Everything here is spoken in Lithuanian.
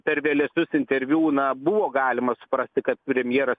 per vėlesnius interviu na buvo galima suprasti kad premjeras